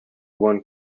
one